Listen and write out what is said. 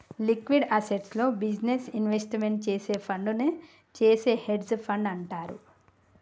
liquid అసెట్స్లో business investment చేసే ఫండునే చేసే హెడ్జ్ ఫండ్ అంటారు